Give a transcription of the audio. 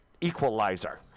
equalizer